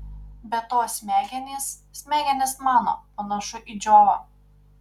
be to smegenys smegenys mano panašu į džiovą